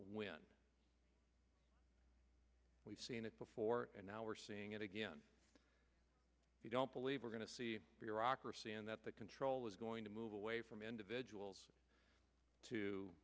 when we've seen it before and now we're seeing it again we don't believe we're going to see bureaucracy and that that control is going to move away from individuals to